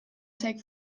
take